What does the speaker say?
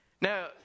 Now